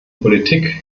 politik